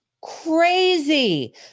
crazy